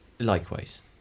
Likewise